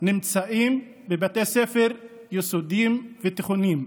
נמצאים בבתי ספר יסודיים ותיכוניים,